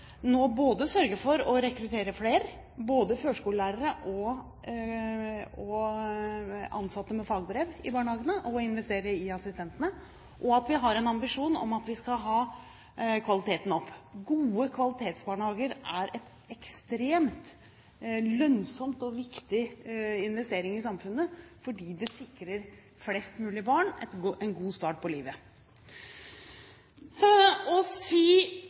nå både sørger for å rekruttere flere førskolelærere og ansatte med fagbrev i barnehagene og å investere i assistentene, og har en ambisjon om at vi skal ha kvaliteten opp. Gode kvalitetsbarnehager er ekstremt lønnsomt og en viktig investering i samfunnet fordi det sikrer flest mulig barn en god start på livet. Når vi er der at så å si